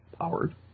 powered